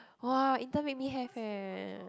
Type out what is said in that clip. !wah! intern make me have eh